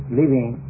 living